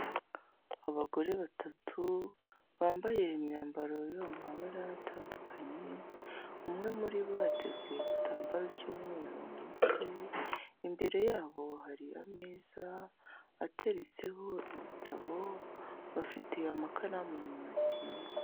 Abagore batatu bambaye imyambaro yo mu mabara atandukanye, umwe muri bo ateze igitambaro cy'umweru mu mutwe, imbere yabo hari ameza ateretseho ibitabo bafite amakaramu mu ntoki.